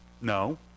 No